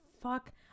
fuck